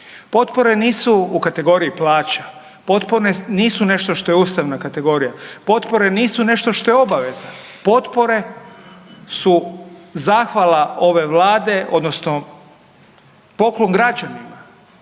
Potpore nisu u kategoriji plaća, potpore nisu nešto što je ustavna kategorija, potpore nisu nešto što je obaveza, potpore su zahvala ove Vlade odnosno poklon građanima